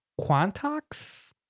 quantox